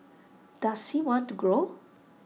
does he want to grow